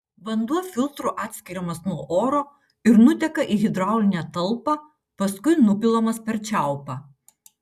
vanduo filtru atskiriamas nuo oro ir nuteka į hidraulinę talpą paskui nupilamas per čiaupą